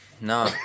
No